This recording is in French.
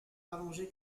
allongée